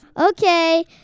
Okay